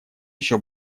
еще